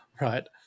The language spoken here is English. right